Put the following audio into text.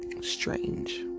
strange